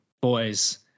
boys